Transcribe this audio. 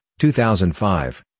2005